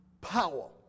power